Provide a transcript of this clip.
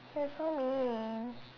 they're so mean